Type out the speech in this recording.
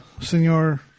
Senor